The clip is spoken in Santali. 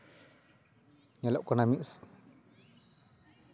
ᱧᱮᱞᱚᱜ ᱠᱟᱱᱟ ᱢᱤᱫ